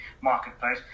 marketplace